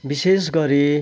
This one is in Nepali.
विशेष गरी